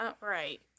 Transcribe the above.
Right